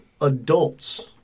adults